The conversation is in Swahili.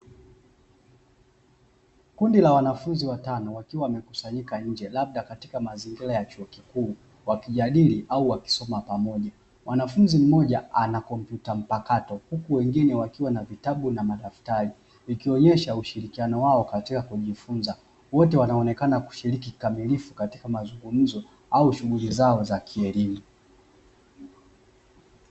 Kundi la wanafunzi watano wakiwa wamekusanyika nje labda katika mazingira ya chuo kikuu wakijadili au wakisoma pamoja. Mwanafunzi mmoja ana kompyuta mpakato huku wengine wakiwa na vitabu na madaftari vikionyesha ushirikiano wao katika kujifunza. Wote wanaonekana kushiriki kikamilifu katika mazungumzo au shughuli zao za kielimu.